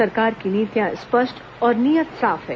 सरकार की नीतियां स्पष्ट और नीयत साफ है